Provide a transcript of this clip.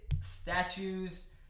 statues